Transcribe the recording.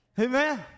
Amen